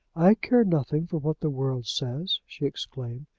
i care nothing for what the world says, she exclaimed,